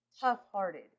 tough-hearted